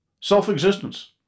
self-existence